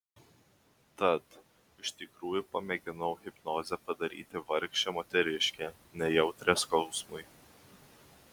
tad iš tikrųjų pamėginau hipnoze padaryti vargšę moteriškę nejautrią skausmui